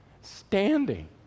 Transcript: standing